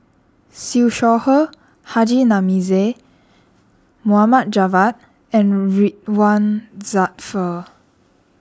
Siew Shaw Her Haji Namazie Mohd Javad and Ridzwan Dzafir